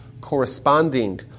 corresponding